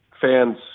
fans